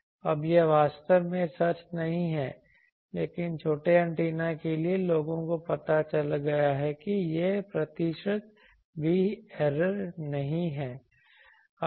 अब यह वास्तव में सच नहीं है लेकिन छोटे एंटेना के लिए लोगों को पता चला है कि यह एक प्रतिशत भी ऐरर नहीं है